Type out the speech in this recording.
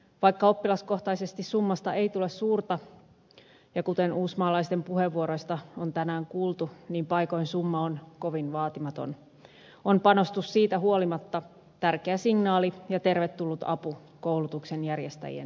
vaikka oppilaskohtaisesti summasta ei tule suurta ja kuten uusmaalaisten puheenvuoroista on tänään kuultu paikoin summa on kovin vaatimaton on panostus siitä huolimatta tärkeä signaali ja tervetullut apu koulutuksen järjestäjien näkökulmasta